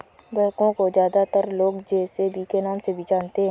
backhoe को ज्यादातर लोग जे.सी.बी के नाम से भी जानते हैं